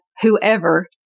whoever